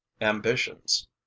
ambitions